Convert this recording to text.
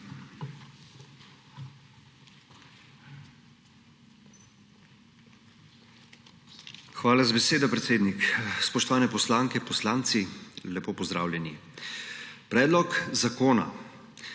Hvala za besedo, predsednik. Spoštovani poslanke, poslanci, lepo pozdravljeni! Predlog zakona